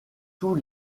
tous